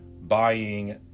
buying